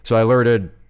so i alerted